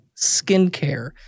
Skincare